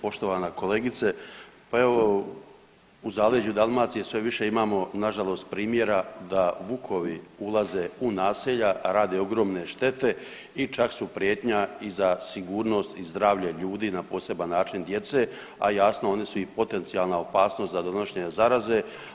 Poštovana kolegice pa evo u zaleđu Dalmacije sve više imamo na žalost primjera da vukovi ulaze u naselja, rade ogromne štete i čak su prijetnja i za sigurnost i zdravlje ljudi na poseban način djece, a jasno one su i potencijalna opasnost za donošenje zaraze.